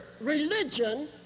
religion